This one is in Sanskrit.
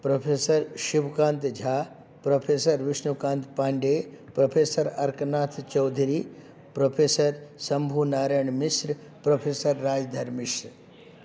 professor Shivakant Jha professor Vishnukant Pande professor Arkanath Chaudhary professor शम्भुनारायणमिश्रः प्रोफ़ेसर् रायधर्ममिश्रः